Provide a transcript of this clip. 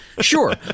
Sure